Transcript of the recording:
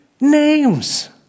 names